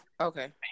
Okay